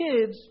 kids